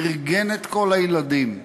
ארגן את כל הילדים,